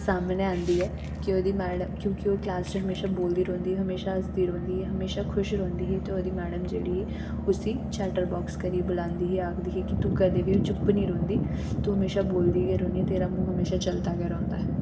सामनै आंदी ऐ क्युंकि एह् क्लॉस च हमेशा बोलदी रौहंदी हमेशा हस्सदी रौहंदी ही हमेशा खुश रौहंदी ही ते ओह्दी मैडम जेह्ड़ी उस्सी चैटर बॉक्स करियै बुलांदी ही आक्खदी ही की तूं कदें बी चुप्प निं रौहंदी तूं हमेशा बोलदी गै रौहंदी ते तेरा मूंह् हमेशा चलदा गै रौहंदा